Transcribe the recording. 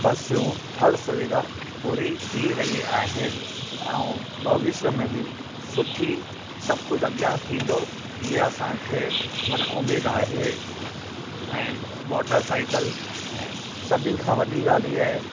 बसियूं हर सुविधा पूरी थी रही आहिनि ऐं भविष्य में बि सुठी सब कुझु अॻियां थींदो ई असांखे माना उमेद आहे ऐं मोटर साइकल ऐं सभिनि खां वॾी ॻाल्हि इहा आहे